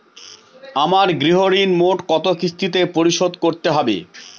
আমার গৃহঋণ মোট কত কিস্তিতে পরিশোধ করতে হবে?